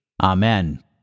Amen